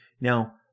now